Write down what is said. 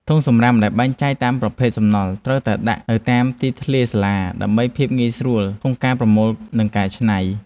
ធុងសំរាមដែលបែងចែកតាមប្រភេទសំណល់ត្រូវតែដាក់នៅតាមទីធ្លាសាលាដើម្បីភាពងាយស្រួលក្នុងការប្រមូលនិងកែច្នៃ។